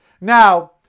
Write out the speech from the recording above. Now